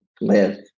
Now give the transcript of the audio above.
live